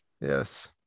Yes